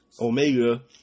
Omega